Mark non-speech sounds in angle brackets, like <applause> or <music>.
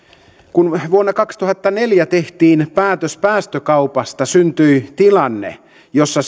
kun vuonna kaksituhattaneljä tehtiin päätös päästökaupasta syntyi tilanne jossa <unintelligible>